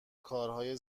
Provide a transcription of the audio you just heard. کارهای